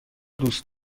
دوست